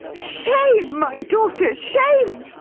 shame, my daughter, shame!